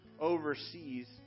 overseas